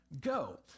go